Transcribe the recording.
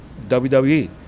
WWE